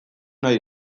nahi